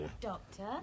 Doctor